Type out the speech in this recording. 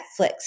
Netflix